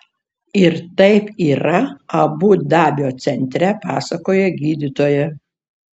ir taip yra abu dabio centre pasakoja gydytoja